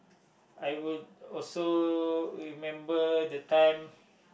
I would also remember the time